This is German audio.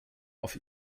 auf